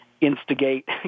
instigate